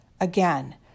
Again